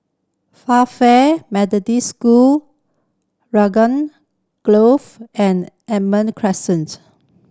Methodist School Grove and Almond Crescent